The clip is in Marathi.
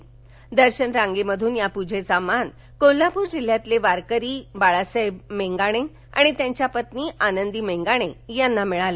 तर दर्शन रांगेमधून या पूजेचा मान कोल्हापूर जिल्ह्यातील वारकरी बाळासाहेब मेंगाणे आणि त्यांच्या पत्नी आनंदी मेंगाणे यांना मिळाला